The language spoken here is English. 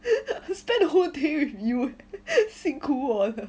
I spent the whole day with you eh 幸苦我 liao